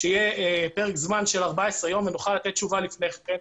שאם יהיה פרק זמן של 14 ימים ונוכל לתת תשובה לפני כן,